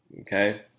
Okay